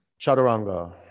Chaturanga